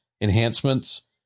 enhancements